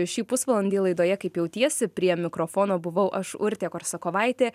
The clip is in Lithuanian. šį pusvalandį laidoje kaip jautiesi prie mikrofono buvau aš urtė korsakovaitė